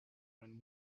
when